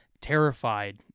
terrified